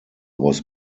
was